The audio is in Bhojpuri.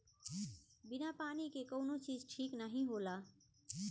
बिना पानी के कउनो चीज ठीक नाही होला